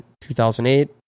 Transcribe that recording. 2008